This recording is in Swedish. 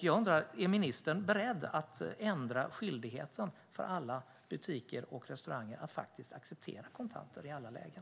Jag undrar: Är ministern beredd att ändra skyldigheten för alla butiker och restauranger till att acceptera kontanter i alla lägen?